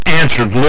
answered